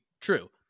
true